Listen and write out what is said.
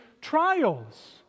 trials